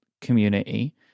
community